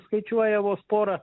skaičiuoja vos porą